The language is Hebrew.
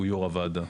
הוא יו"ר הוועדה.